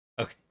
Okay